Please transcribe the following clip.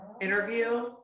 interview